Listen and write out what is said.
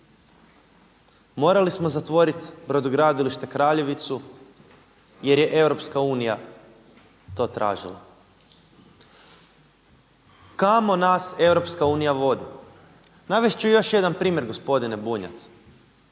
Morali smo zatvoriti brodogradilište Kraljevicu jer je EU to tražila. Kamo nas EU vodi? Navest ću još jedan primjer gospodine Bunjac,